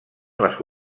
les